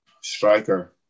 Striker